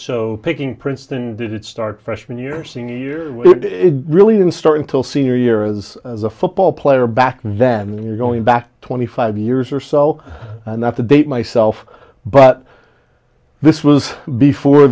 so picking princeton did it start freshman year senior year it really didn't start until senior year is as a football player back then you're going back twenty five years or so and that's a date myself but this was before